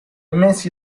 mesi